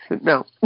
No